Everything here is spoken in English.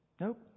Nope